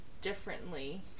differently